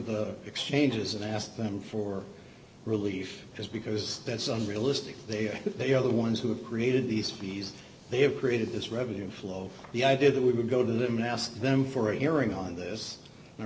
the exchanges and ask them for relief is because that's unrealistic they are they are the ones who have created these fees they have created this revenue flow the idea that we would go to them and ask them for a hearing on this and i